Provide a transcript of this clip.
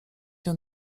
się